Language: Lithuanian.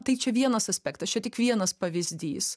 tai čia vienas aspektas čia tik vienas pavyzdys